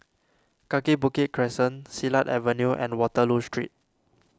Kaki Bukit Crescent Silat Avenue and Waterloo Street